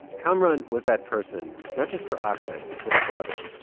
kamaran was that person, not just for ahmed, his little brother,